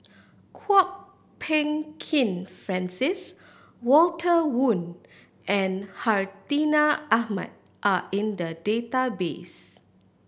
Kwok Peng Kin Francis Walter Woon and Hartinah Ahmad are in the database